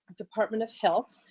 department of health.